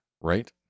right